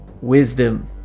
wisdom